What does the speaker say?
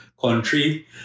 country